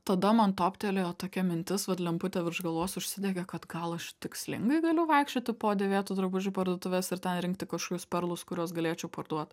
tada man toptelėjo tokia mintis vat lemputė virš galvos užsidegė kad gal aš tikslingai galiu vaikščioti po dėvėtų drabužių parduotuves ir ten rinkti kažkokius perlus kuriuos galėčiau parduot